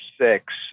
six